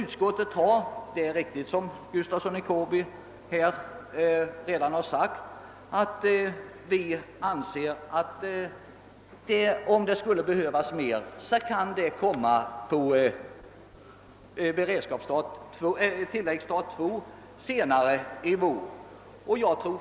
Såsom herr Gustafsson i Kårby redan sagt anser vi det vara riktigt att om så behövs uppta ytterligare erforderliga medel på tilläggsstat II senare i vår.